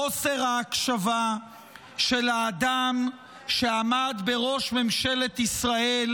חוסר ההקשבה של האדם שעמד בראש ממשלת ישראל